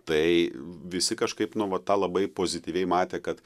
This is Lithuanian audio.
tai visi kažkaip nu va tą labai pozityviai matė kad